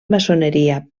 maçoneria